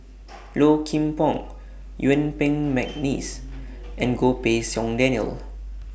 Low Kim Pong Yuen Peng Mcneice and Goh Pei Siong Daniel